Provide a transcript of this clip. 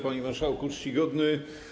Panie Marszałku Czcigodny!